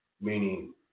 meaning